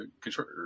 control